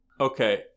okay